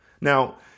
Now